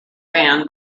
ran